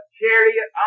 chariot